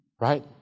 Right